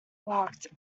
locked